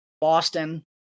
Boston